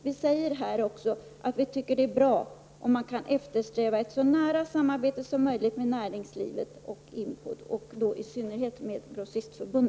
Vi skriver att det är bra om man eftersträvar ett så nära samarbete som möjligt med näringslivet och IMPOD, i synnerhet med